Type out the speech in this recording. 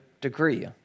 degree